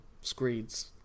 screeds